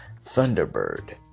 Thunderbird